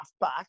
back